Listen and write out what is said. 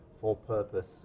for-purpose